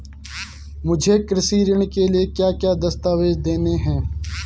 मुझे कृषि ऋण के लिए क्या क्या दस्तावेज़ देने हैं?